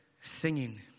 singing